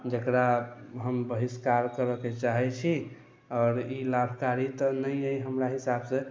जकरा हम बहिष्कार करैके चाहै छी आओर ई लाभकारी तऽ नहि अइ हमरा हिसाबसँ